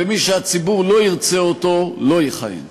ומי שהציבור לא ירצה אותו, לא יכהן.